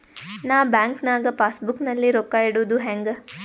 ನಾ ಬ್ಯಾಂಕ್ ನಾಗ passbook ನಲ್ಲಿ ರೊಕ್ಕ ಇಡುದು ಹ್ಯಾಂಗ್?